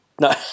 No